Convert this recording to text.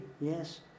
yes